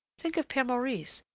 think of pere maurice,